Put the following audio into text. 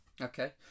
Okay